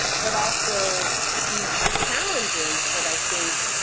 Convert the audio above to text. but also these challenges that i think